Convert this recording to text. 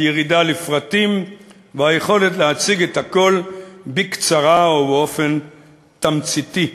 על ירידה לפרטים והיכולת להציג את הכול בקצרה ובאופן תמציתי.